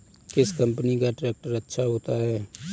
किस कंपनी का ट्रैक्टर अच्छा होता है?